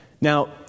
Now